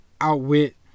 outwit